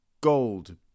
gold